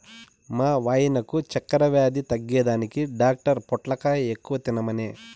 మా వాయినకు చక్కెర వ్యాధి తగ్గేదానికి డాక్టర్ పొట్లకాయ ఎక్కువ తినమనె